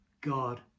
God